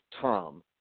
Tom